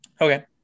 Okay